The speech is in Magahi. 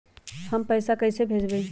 हम पैसा कईसे भेजबई?